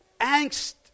angst